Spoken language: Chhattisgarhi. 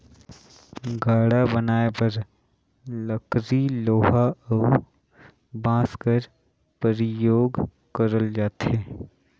गाड़ा बनाए बर लकरी लोहा अउ बाँस कर परियोग करल जाथे